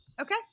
okay